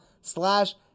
slash